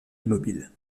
immobile